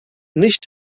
nicht